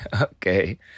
okay